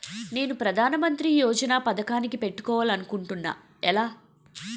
నేను ప్రధానమంత్రి యోజన పథకానికి పెట్టుకోవాలి అనుకుంటున్నా ఎలా?